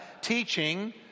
teaching